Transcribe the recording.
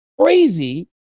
crazy